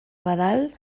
abadal